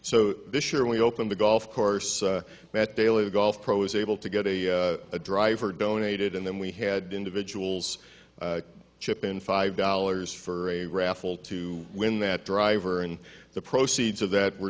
so this year we opened the golf course that daily the golf pro is able to get a driver donated and then we had individuals chip in five dollars for a raffle to win that driver and the proceeds of that we're